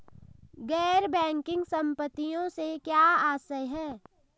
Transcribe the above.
गैर बैंकिंग संपत्तियों से क्या आशय है?